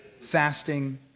fasting